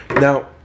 Now